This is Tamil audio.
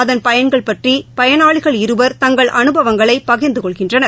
அதன் பயன்கள் பற்றி பயனாளிகள் இருவர் தங்கள் அனுபவங்களை பகிர்ந்து கொள்கின்றனர்